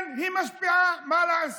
כן, היא משפיעה, מה לעשות.